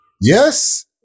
Yes